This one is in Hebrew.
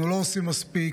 אנחנו לא עושים מספיק,